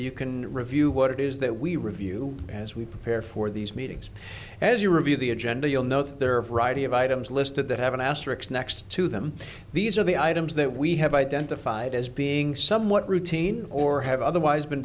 you can review what it is that we review as we prepare for these meetings as you review the agenda you'll know there are a variety of items listed that have an asterix next to them these are the items that we have identified as being somewhat routine or have otherwise been